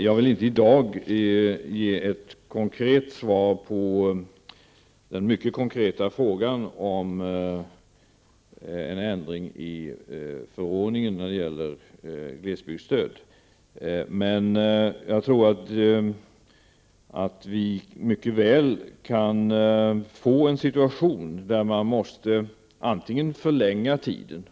Jag vill i dag inte ge ett konkret svar på den mycket konkreta frågan om en ändring i förordningen när det gäller glesbygdsstöd. Men jag tror att vi mycket väl kan hamna i en situation där man måste förlänga tiden.